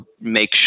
make